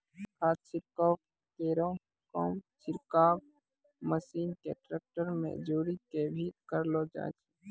खाद छिड़काव केरो काम छिड़काव मसीन क ट्रेक्टर में जोरी कॅ भी करलो जाय छै